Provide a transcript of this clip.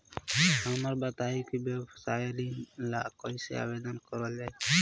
हमरा बताई कि व्यवसाय ऋण ला कइसे आवेदन करल जाई?